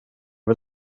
väl